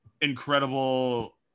incredible